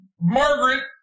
Margaret